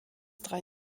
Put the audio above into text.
drei